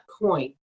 point